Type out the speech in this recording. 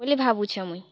ବୋଲି ଭାବୁଛେଁ ମୁଇଁ